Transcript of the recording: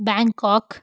Bangkok